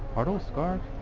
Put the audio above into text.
are those scarfs?